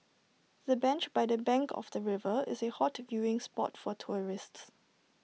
the bench by the bank of the river is A hot viewing spot for tourists